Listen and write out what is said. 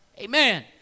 Amen